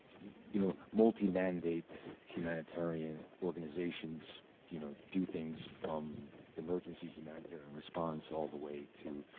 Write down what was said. you know multi-mandate humanitarian organizations do you know do things from the emergency humanitarian response all the way to